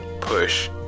push